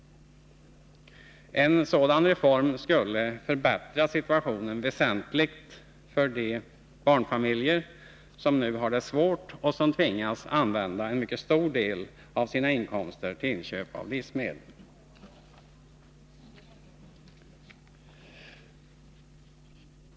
En sådan reform skulle förbättra situationen väsentligt för de barnfamiljer som nu har det svårt och som tvingas att använda en mycket stor del av sina inkomster till inköp av livsmedel.